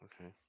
okay